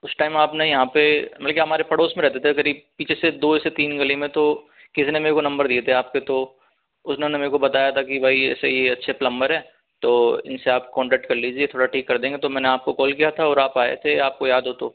उस टाइम आपने यहाँ पर बल्कि हमारे पड़ोस में रहते थे करीब पीछे से दो से तीन गली में तो किसी ने मेरे को नंबर दिया था आपका तो उन्होंने मेरे को बताया था कि भई यह अच्छे प्लम्बर हैं तो इनसे आप कॉनटेक्ट कॉनटेक्ट कर लीजिए थोड़ा ठीक कर देंगे तो मैंने आपको कॉल किया था और आप आए थे आपको याद हो तो